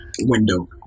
window